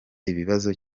ikibazo